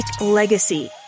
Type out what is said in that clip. legacy